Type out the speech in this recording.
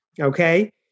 okay